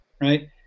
right